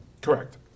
Correct